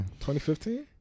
2015